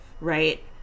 right